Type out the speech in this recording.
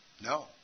No